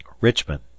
Richmond